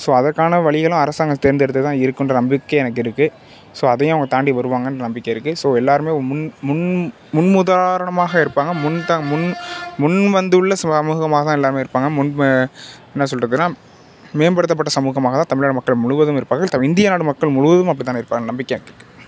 so அதற்கான வழிகளும் அரசாங்கம் தேர்ந்தெடுத்து தான் இருக்கும்ன்ற நம்பிக்கை எனக்கு இருக்கு ஸோ அதையும் தாண்டி வருவாங்கனு நம்பிக்கை இருக்கு ஸோ எல்லாருமே முன் முன் முன்முதாரனமாக இருப்பாங்க முன்த முன் முன் வந்துள்ள சமுகமாக எல்லாமே இருப்பாங்க முன்ப என்ன சொல்லுறதுனா மேம்படுத்தப்பட்ட சமுகமாக தான் தமிழக மக்கள் முழுவதும் இருப்பாங்க இந்திய நாடு மக்கள் முழுவதும் அப்படி தானே இருப்பாங்க நம்பிக்கையாக எனக்கு இருக்கு